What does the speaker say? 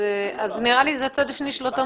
אז נראה לי שזה הצד השני של אותו מטבע.